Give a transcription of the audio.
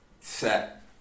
set